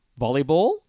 Volleyball